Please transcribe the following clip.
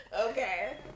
Okay